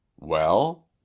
Well